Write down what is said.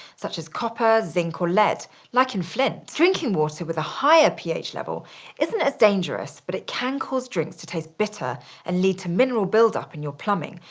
such as copper, zinc, or lead like in flint. drinking water with a higher ph level isn't as dangerous, but it can cause drinks to taste bitter and lead to mineral build-up in your plumbing,